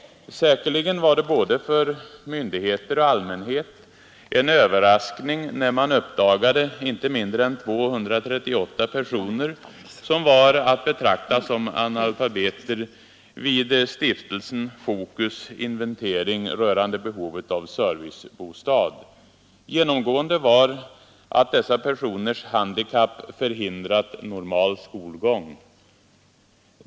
Säkerligen var det för både myndigheter och allmänhet en överraskning när man uppdagade inte mindre än 238 personer som var att betrakta som analfabeter vid stiftelsen Focus” inventering rörande behovet av servicebostad. Genomgående var att dessa personers handikapp förhindrat normal skolgång.